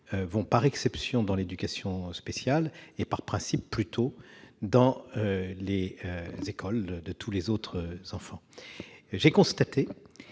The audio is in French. vont, par exception, dans l'éducation spéciale et, par principe, plutôt dans les écoles que fréquentent tous les autres enfants. J'ai constaté